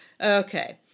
Okay